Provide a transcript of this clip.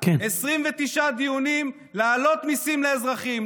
29 דיונים להעלות מיסים לאזרחים,